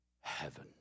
heaven